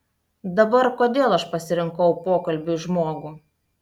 dabar kodėl aš pasirinkau pokalbiui žmogų